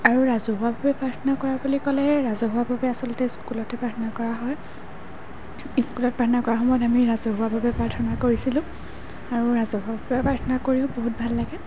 আৰু ৰাজহুৱাভাৱে প্ৰাৰ্থনা কৰা বুলি ক'লে ৰাজহুৱাভাৱে আচলতে স্কুলতে প্ৰাৰ্থনা কৰা হয় স্কুলত প্ৰাৰ্থনা কৰা সময়ত আমি ৰাজহুৱাভাৱে প্ৰাৰ্থনা কৰিছিলোঁ আৰু ৰাজহুৱাভাৱে প্ৰাৰ্থনা কৰিও বহুত ভাল লাগে